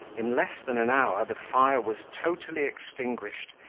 in less than an hour the fire was totally extinguished,